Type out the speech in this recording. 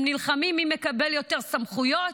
הם נלחמים מי מקבל יותר סמכויות,